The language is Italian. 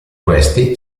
questi